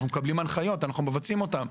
אנחנו מקבלים הנחיות ואנחנו מבצעים אותן.